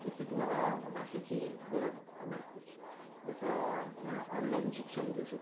तिथे तुम्हाला भाषेची गरज भासतेच जसं ऑनलाईन शिक्षण घिऊ शकतो